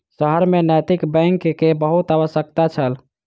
शहर में नैतिक बैंक के बहुत आवश्यकता छल